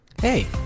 hey